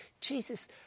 Jesus